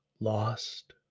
Lost